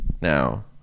Now